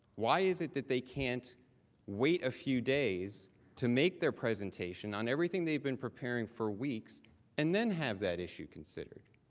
why is it that they can't wait a few days to make their presentation on everything they have been preparing for weeks and then have that issue considered?